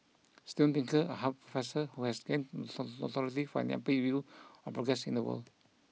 Steven Pinker a Harvard professor who has gained notoriety for an upbeat view of progress in the world